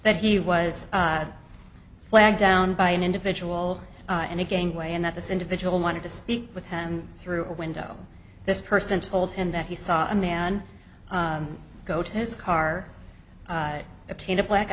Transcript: that he was flagged down by an individual and again way and that this individual wanted to speak with him through a window this person told him that he saw a man go to his car obtain a black